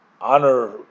honor